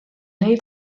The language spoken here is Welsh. neu